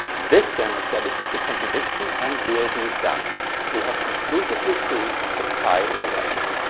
this then establishes the contradiction and we'll be done we'll have conclusively proved that pi is irrational.